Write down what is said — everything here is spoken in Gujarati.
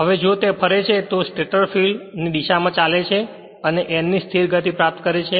હવે જો તે ફરે છે તો તે સ્ટેટર ફિલ્ડ ની દિશામાં ચાલે છે અને n ની સ્થિર ગતિ પ્રાપ્ત કરે છે